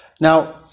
Now